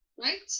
right